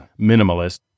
minimalist